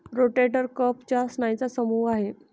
rotator cuff चार स्नायूंचा समूह आहे